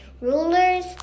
rulers